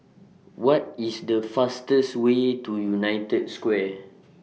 What IS The fastest Way to United Square